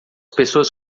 pessoas